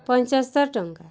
ପଞ୍ଚସ୍ତର୍ ଟଙ୍କା